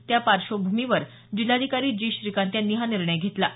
त्यापार्श्वभूमीवर जिल्हाधिकारी जी श्रीकांत यांनी हा निर्णय घेतला आहे